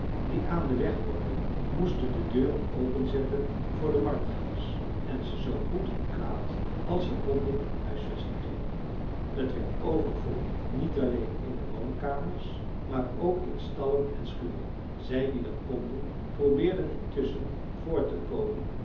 die aan den weg woonden moesten de deuren openzetten voor de marktgangers en ze zoo goed en kwaad als ze konden huisvesting geven t werd overvol niet alleen in de woonkamers maar ook in stallen en schuren zij die dat konden probeerden intusschen voort te komen